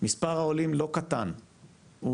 מספר העולים לא קטן ולהפך,